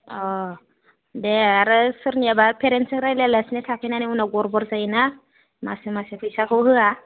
अ दे आरो सोरनियाबा पेरेन्ट्सजो रायज्लायालासिनो थाफैनानै उनाव गरबर जायोना मासै मासै फैसाखौ होआ